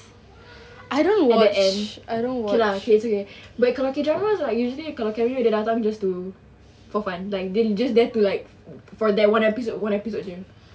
at the end okay lah it's okay but kalau K dramas usually kalau cameo dia datang just to for fun like just there to like for that one episode one episode jer